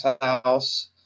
house